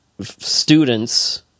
students